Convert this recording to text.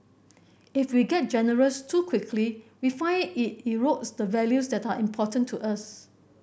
if we get generous too quickly we find it erodes the values that are important to us